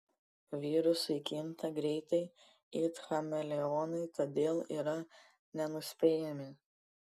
virusai kinta greitai it chameleonai todėl yra nenuspėjami